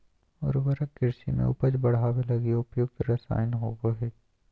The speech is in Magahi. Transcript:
उर्वरक कृषि में उपज बढ़ावे लगी प्रयुक्त रसायन होबो हइ